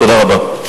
תודה רבה.